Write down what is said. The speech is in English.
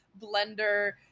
blender